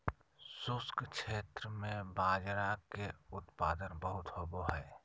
शुष्क क्षेत्र में बाजरा के उत्पादन बहुत होवो हय